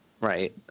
Right